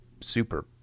super